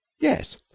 Yes